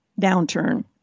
downturn